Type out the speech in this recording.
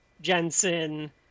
Jensen